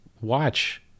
watch